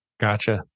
Gotcha